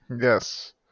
Yes